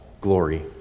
glory